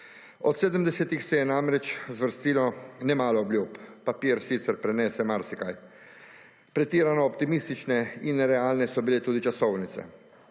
Od 70. let se je namreč zvrstilo nemalo obljub, papir sicer prenese marsikaj, pretirano optimistične in nerealne so bile tudi časovnice.